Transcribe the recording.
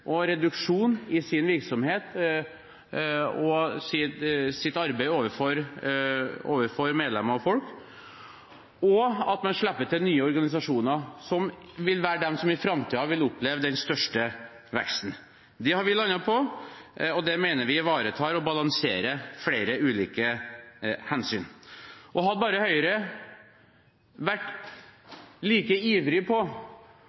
og reduksjon i sin virksomhet og i sitt arbeid overfor medlemmer og andre folk, og at man slipper til nye organisasjoner, som vil være de som i framtiden vil oppleve den største veksten. Det har vi landet på, og det mener vi ivaretar og balanserer flere ulike hensyn. Hadde Høyre bare